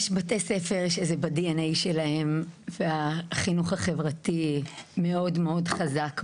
יש בתי ספר שזה בדי.אן.איי שלהם והחינוך החברתי מאוד חזק בהם.